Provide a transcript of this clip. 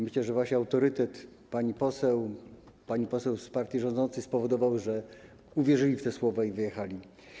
Myślę, że właśnie autorytet pani poseł, pani poseł z partii rządzącej spowodował, że uwierzyli w te słowa i wyjechali.